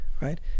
Right